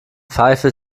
pfeife